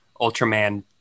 ultraman